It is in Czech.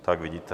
Tak vidíte.